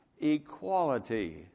equality